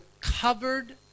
covered